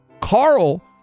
Carl